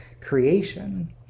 creation